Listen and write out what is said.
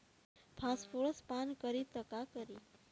Phosphorus पान करी त का करी?